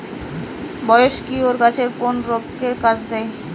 Biocure গাছের কোন রোগে কাজেদেয়?